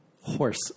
Horse